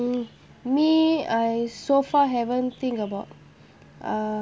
mm me I so far haven't think about uh